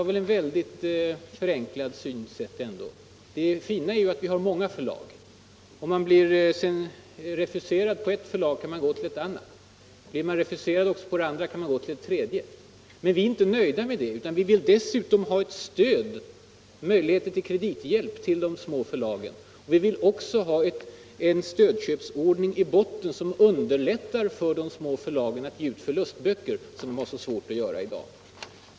Det är ett väldigt förenklat synsätt. Det fina är ju att det finns många förlag. Blir man refuserad på ett förlag, kan man gå till ett annat. Blir man refuserad också på det andra, kan man gå till det tredje. Men vi är inte nöjda med detta; vi vill dessutom ha möjligheter till kredithjälp åt de små förlagen. Vi vill också i botten ha en stödköpsordning, som underlättar för de små förlagen att ge ut förlustböcker, vilket de har så svårt att göra i dag.